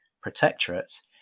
protectorates